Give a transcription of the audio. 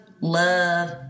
love